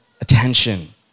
attention